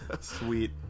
Sweet